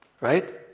right